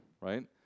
right